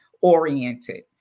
oriented